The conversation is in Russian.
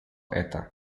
это